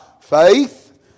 faith